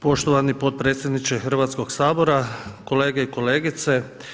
Poštovani potpredsjedniče Hrvatskoga sabora, kolege i kolegice.